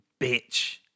bitch